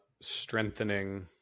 strengthening